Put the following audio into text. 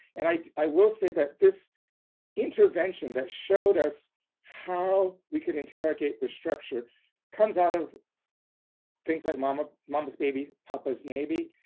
and i i will say that this intervention that showed us how we can interrogate the structure comes out of things like mama's mama's baby papa's maybe,